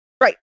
right